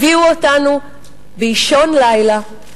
הביאו אותנו באישון לילה,